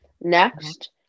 Next